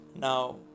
Now